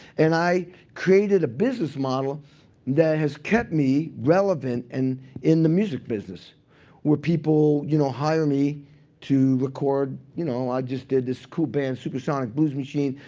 and i created a business model that has kept me relevant and in the music business where people you know hire me to record you know i just did this cool band, supersonic blues machine.